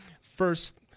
first